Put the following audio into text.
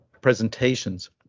presentations